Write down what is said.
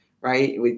right